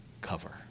cover